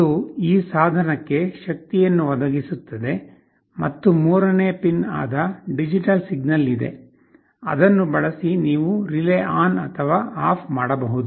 ಅದು ಈ ಸಾಧನಕ್ಕೆ ಶಕ್ತಿಯನ್ನು ಒದಗಿಸುತ್ತದೆ ಮತ್ತು ಮೂರನೇ ಪಿನ್ ಆದ ಡಿಜಿಟಲ್ ಸಿಗ್ನಲ್ ಅನ್ನು ಬಳಸಿ ನೀವು ರಿಲೇ ಯನ್ನುಆನ್ ಅಥವಾ ಆಫ್ ಮಾಡಬಹುದು